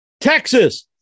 Texas